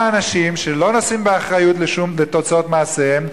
אנשים שלא נושאים באחריות לתוצאות מעשיהם,